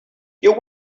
your